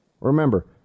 Remember